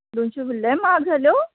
दोनशे लय महाग झाले ओ